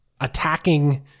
attacking